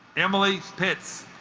emily's pits